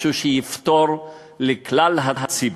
משהו שיפתור לכלל הציבור.